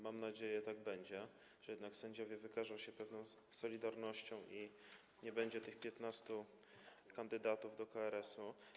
Mam nadzieję, że tak będzie, że jednak sędziowie wykażą się pewną solidarnością i nie będzie tych 15 kandydatów do KRS-u.